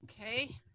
Okay